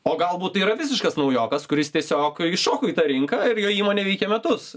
o galbūt tai yra visiškas naujokas kuris tiesiog įšoko į tą rinką ir jo įmonė veikia metus